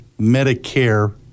Medicare